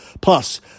Plus